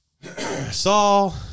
Saul